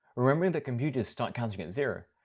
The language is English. remembering that computers start counting at zero,